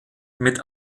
mit